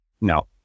No